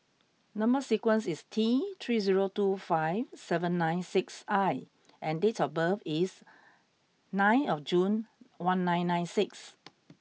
number sequence is T three zero two five seven nine six I and date of birth is nine of June one nine nine six